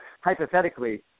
hypothetically